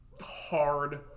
Hard